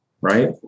right